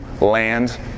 land